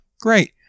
Great